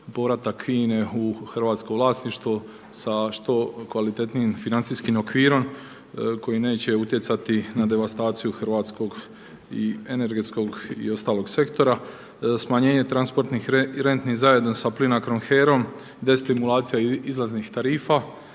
povratak INA-e u hrvatsko vlasništvo sa što kvalitetnijim financijskim okvirom koji neće utjecati na devastaciju hrvatskog i energetskog i ostalog sektora, smanjenje transportnih renti zajedno sa PLINACRO-om, HERA-om, destimulacija izlaznih tarifa,